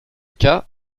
cas